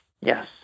Yes